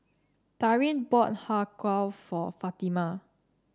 Darin bought Har Kow for Fatima